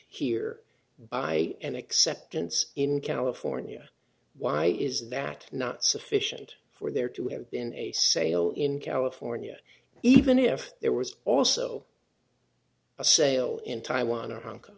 here by an acceptance in california why is that not sufficient for there to have been a sale in california even if there was also a sale in taiwan